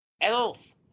Elf